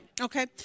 Okay